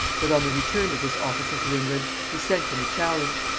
that on the return of this officer to england he sent him a challenge.